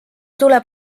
tuleb